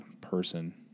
person